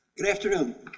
good afternoon.